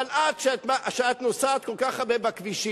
אבל את, שנוסעת כל כך הרבה בכבישים,